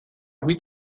louis